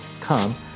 come